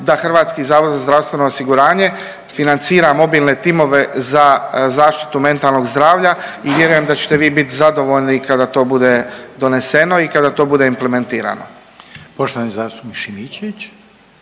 da ćemo imati po prvi puta da HZZO financira mobilne timove za zaštitu mentalnog zdravlja i vjerujem da ćete vi biti zadovoljni kada to bude doneseno i kada to bude implementirano.